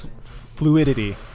Fluidity